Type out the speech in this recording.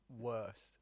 worst